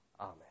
Amen